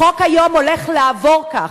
החוק היום הולך לעבור ככה.